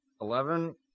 Eleven